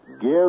give